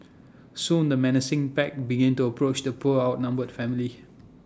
soon the menacing pack began to approach the poor outnumbered family